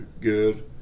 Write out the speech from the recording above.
good